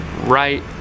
right